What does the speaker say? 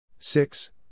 Six